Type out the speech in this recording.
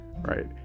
right